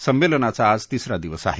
संमेलनाचा आज तिसरा दिवस आहे